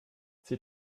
sie